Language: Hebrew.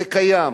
זה קיים.